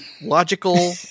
logical